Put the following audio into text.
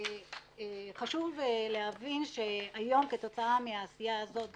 8 אחוזים מהמקרים, מעל ל-200,000 שקלים.